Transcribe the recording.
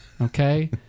okay